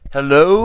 Hello